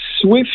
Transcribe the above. swift